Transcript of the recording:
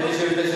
בין 1999 ל-2000?